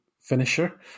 finisher